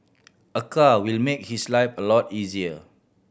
a car will make his life a lot easier